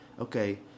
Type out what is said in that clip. okay